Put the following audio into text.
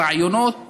הרעיונות